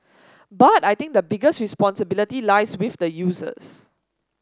but I think the biggest responsibility lies with the users